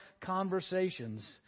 conversations